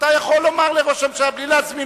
אדוני היושב-ראש, אני אומר לך את האמת,